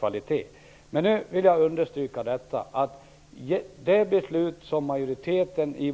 Jag vill också understryka att det beslut som